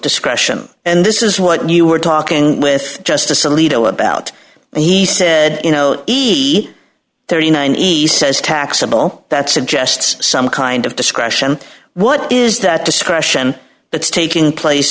discretion and this is what you were talking with justice alito about and he said you know easy thirty nine east says taxable that suggests some kind of discretion what is that discretion that's taking place